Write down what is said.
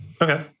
okay